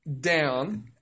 down